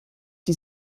die